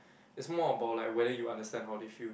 it's more about like whether you understand how they feel